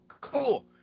Cool